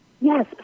Yes